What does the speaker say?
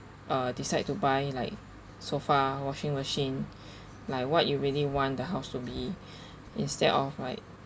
uh decide to buy like sofa washing machine like what you really want the house to be instead of like